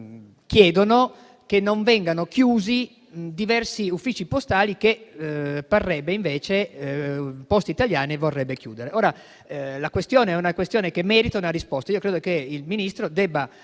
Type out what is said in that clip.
chiedono che non vengano chiusi diversi uffici postali che parrebbe invece Poste Italiane voglia chiudere. La questione merita una risposta e credo che il Ministro debba